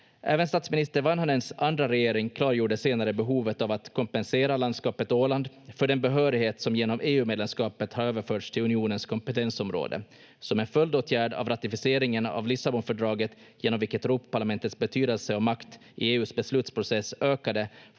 Även statsminister Vanhanens andra regering klargjorde senare behovet av att kompensera landskapet Åland för den behörighet som genom EU-medlemskapet har överförts till unionens kompetensområde. Som en följdåtgärd av ratificeringen av Lissabonfördraget, genom vilket Europaparlamentets betydelse och makt i EU:s beslutsprocess ökade,